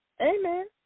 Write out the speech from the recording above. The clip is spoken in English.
Amen